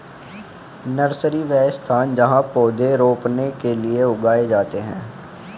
nursery, वह स्थान जहाँ पौधे रोपने के लिए उगाए जाते हैं